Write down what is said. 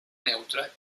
neutra